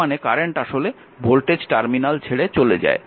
তার মানে কারেন্ট আসলে ভোল্টেজ টার্মিনাল ছেড়ে চলে যায়